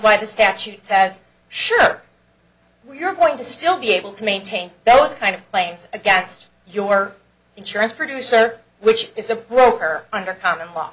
why the statute says sure we are going to still be able to maintain those kind of claims against your insurance producer which is a broker under common law